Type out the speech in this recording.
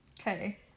okay